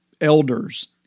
elders